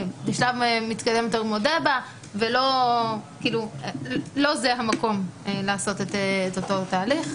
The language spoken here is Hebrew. בשלב מתקדם יותר מודה בה ולא זה המקום לעשות את אותו תהליך.